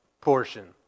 portion